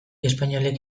espainolek